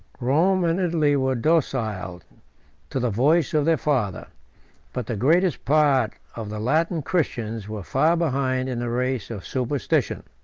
rome and italy were docile to the voice of their father but the greatest part of the latin christians were far behind in the race of superstition.